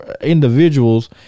individuals